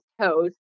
toes